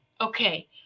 okay